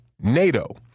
NATO